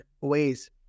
ways